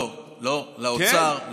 לא, לא, לאוצר.